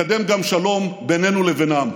לקדם גם שלום בינינו לבינם,